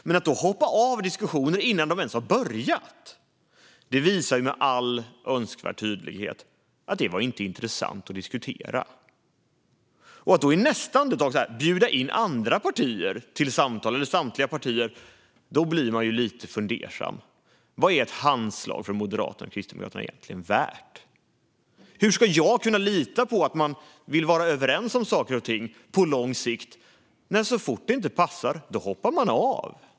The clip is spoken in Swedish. Att man då hoppar av diskussionerna innan de ens har börjat visar med all önskvärd tydlighet att det inte var intressant att diskutera. Att man i nästa andetag bjuder in samtliga partier till samtal gör en lite fundersam. Vad är ett handslag från Moderaterna eller Kristdemokraterna egentligen värt? Hur ska jag kunna lita på att man vill vara överens om saker och ting på lång sikt om man hoppar av så fort det inte passar?